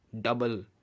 Double